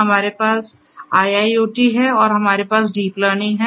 हमारे पास IIoT है और हमारे पास डीप लर्निंग है